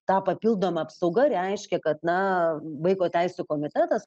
ta papildoma apsauga reiškia kad na vaiko teisių komitetas